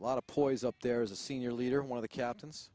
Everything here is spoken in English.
a lot of poise up there is a senior leader one of the captain